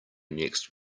next